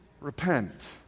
Repent